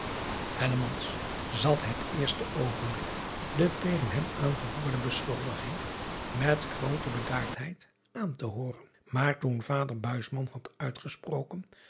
zat het eerste oogenblik de tegen hem aangevoerde beschuldiging met groote bedaardheid aan te hooren maar toen vader had uitgesproken